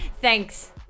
Thanks